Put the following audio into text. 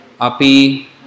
Api